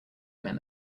men